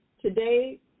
Today